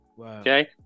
okay